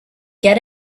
get